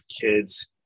kids